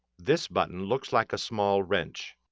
this button looks like a small wrench.